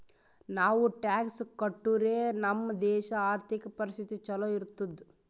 ನಾವು ಟ್ಯಾಕ್ಸ್ ಕಟ್ಟುರೆ ನಮ್ ದೇಶ ಆರ್ಥಿಕ ಪರಿಸ್ಥಿತಿ ಛಲೋ ಇರ್ತುದ್